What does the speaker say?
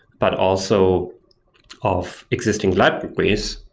but also of existing libraries,